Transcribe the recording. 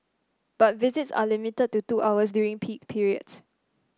but visits are limited to two hours during peak periods